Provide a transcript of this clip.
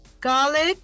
garlic